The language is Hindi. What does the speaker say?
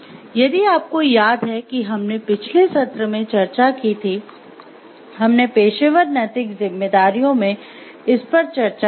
यदि आपको याद है कि हमने पिछले सत्र में चर्चा की थी हमने पेशेवर नैतिक जिम्मेदारियों में इस पर चर्चा की थी